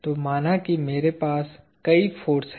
तो माना कि मेरे पास कई फोर्स हैं